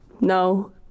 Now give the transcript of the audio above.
no